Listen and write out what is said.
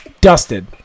dusted